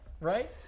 right